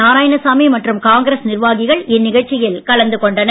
நாராயணசாமி மற்றும் காங்கிரஸ் நிர்வாகிகள் இந்நிகழ்ச்சியில் கலந்து கொண்டனர்